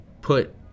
put